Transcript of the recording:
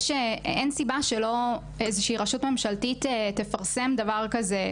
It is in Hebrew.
אין סיבה שאיזושהי רשות ממשלתית לא תפרסם דבר כזה.